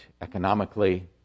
economically